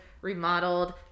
remodeled